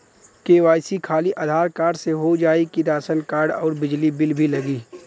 KYC खाली Aadhaar card से हो जाए कि राशन कार्ड अउर बिजली बिल भी लगी?